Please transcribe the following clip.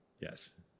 Yes